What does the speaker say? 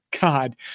God